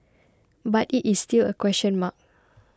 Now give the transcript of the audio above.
but it is still a question mark